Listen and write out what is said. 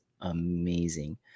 amazing